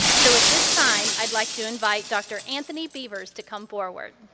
so at this time i'd like to invite dr. anthony beavers to come forward.